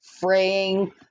fraying